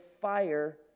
fire